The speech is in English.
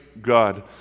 God